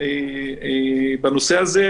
בנושא הזה,